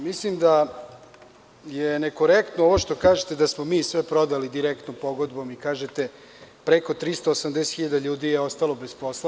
Mislim da je nekorektno ovo što kažete da smo mi sve prodali direktnom pogodbom i kažete preko 380 hiljada ljudi je ostalo bez posla.